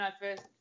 first